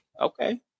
Okay